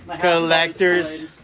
collector's